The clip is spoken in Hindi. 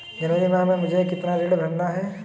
जनवरी माह में मुझे कितना ऋण भरना है?